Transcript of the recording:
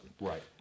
Right